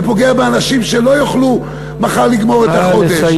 זה פוגע באנשים שלא יוכלו מחר לגמור את החודש.